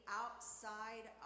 outside